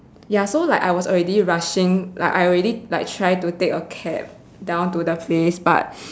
ya so like I was already rushing like I already like try to take a cab down to the place but